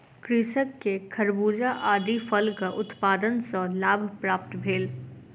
कृषक के खरबूजा आदि फलक उत्पादन सॅ लाभ प्राप्त भेल